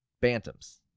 Bantams